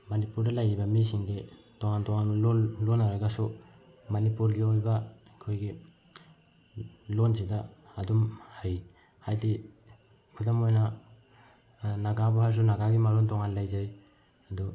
ꯃꯅꯤꯄꯨꯔꯗ ꯂꯩꯔꯤꯕ ꯃꯤꯁꯤꯡꯗꯤ ꯇꯣꯉꯥꯟ ꯇꯣꯉꯥꯟꯕ ꯂꯣꯟ ꯂꯣꯟꯅꯔꯒꯁꯨ ꯃꯅꯤꯄꯨꯔꯒꯤ ꯑꯣꯏꯕ ꯑꯩꯈꯣꯏꯒꯤ ꯂꯣꯟꯁꯤꯗ ꯑꯗꯨꯝ ꯍꯩ ꯍꯥꯏꯗꯤ ꯈꯨꯗꯝ ꯑꯣꯏꯅ ꯅꯒꯥꯕꯨ ꯍꯥꯏꯔꯁꯨ ꯅꯒꯥꯒꯤ ꯃꯔꯣꯟ ꯇꯣꯉꯥꯟꯅ ꯂꯩꯖꯩ ꯑꯗꯨ